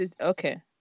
Okay